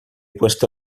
puesto